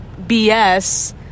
BS